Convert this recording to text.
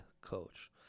coach